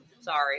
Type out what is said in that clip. sorry